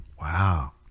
Wow